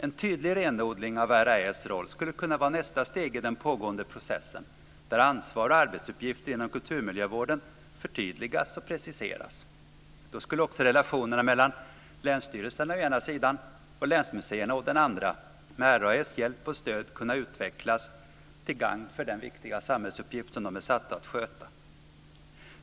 En tydlig renodling av RAÄ:s roll skulle kunna vara nästa steg i den pågående processen där ansvar och arbetsuppgifter inom kulturmiljövården förtydligas och preciseras. Då skulle också relationerna mellan länsstyrelserna å ena sidan och länsmuseerna å den andra med RAÄ:s hjälp och stöd kunna utvecklas, till gagn för den viktiga samhällsuppgift som de är satta att sköta.